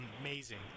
amazing